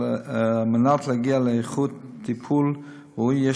על מנת להגיע לאיכות טיפול ראוי,